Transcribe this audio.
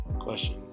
Question